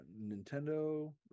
nintendo